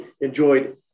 enjoyed